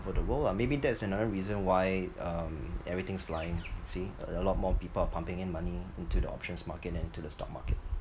over the world lah maybe that's another reason why um everything flying see a lot more people are pumping in money into the options market and into the stock market